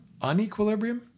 unequilibrium